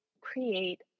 create